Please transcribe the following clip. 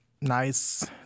nice